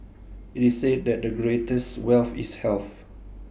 IT is said that the greatest wealth is health